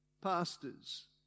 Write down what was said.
pastors